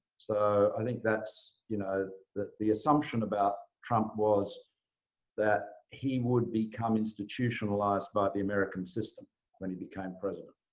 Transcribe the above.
so i think that's you know that the assumption about trump was that he would become institutionalized by the american system when he became president.